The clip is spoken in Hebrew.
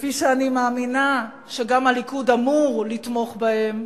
כפי שאני מאמינה שגם הליכוד אמור לתמוך בהם,